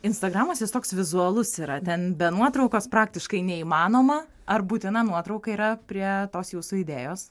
instagramas jis toks vizualus yra ten be nuotraukos praktiškai neįmanoma ar būtina nuotrauka yra prie tos jūsų idėjos